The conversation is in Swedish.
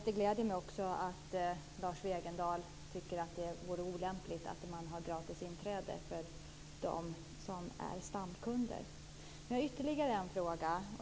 Det gläder mig att också Lars Wegendal tycker att det vore olämpligt att ha gratis inträde för dem som är stamkunder. Jag har ytterligare en fråga.